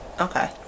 Okay